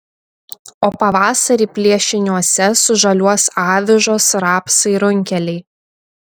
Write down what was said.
o pavasarį plėšiniuose sužaliuos avižos rapsai runkeliai